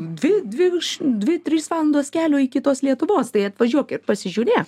dvi dvi dvi trys valandos kelio iki tos lietuvos tai atvažiuok ir pasižiūrėk